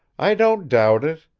i don't doubt it.